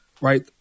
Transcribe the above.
right